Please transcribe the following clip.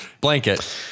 Blanket